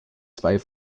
zwei